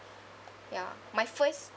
ya my first